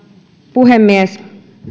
puhemies